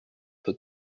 for